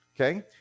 Okay